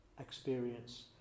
experience